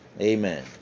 Amen